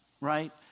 Right